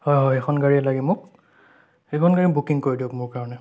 হয় হয় এইখন গাড়ীয়ে লাগে মোক সেইখন গাড়ী বুকিং কৰি দিয়ক মোৰ কাৰণে